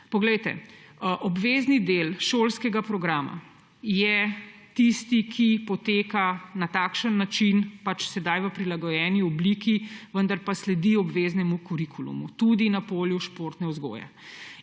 zgodb ni. Obvezni del šolskega programa je tisti, ki poteka na takšen način, sedaj v prilagojeni obliki, vendar pa sledi obveznemu kurikulumu, tudi na polju športne vzgoje.